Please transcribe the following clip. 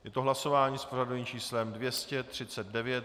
Je to hlasování s pořadovým číslem 239.